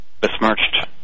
besmirched